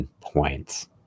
points